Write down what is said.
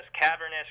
cavernous